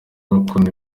bakunda